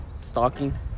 stalking